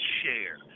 share